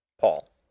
Paul